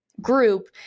group